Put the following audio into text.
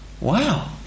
Wow